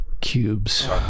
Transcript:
cubes